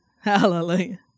Hallelujah